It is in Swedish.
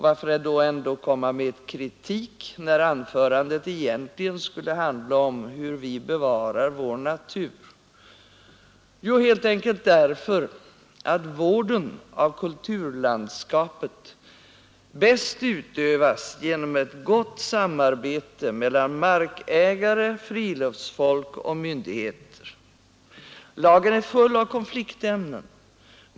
Varför då ändå komma med kritik, när anförandet egentligen skulle handla om hur vi bevarar vår natur? Jo, helt enkelt därför, att vården av kulturlandskapet bäst utövas genom ett gott samarbete mellan markägare, friluftsfolk och myndigheter. Lagen är full av konfliktämnen.